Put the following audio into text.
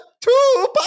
Two